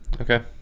Okay